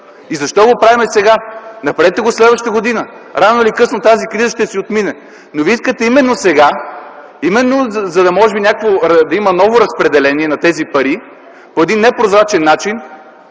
И защо го правим сега? Направете го следващата година. Рано или късно тази криза ще отмине. Но вие искате именно сега, може би за да има ново разпределение на тези пари, по един непрозрачен начин